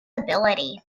ability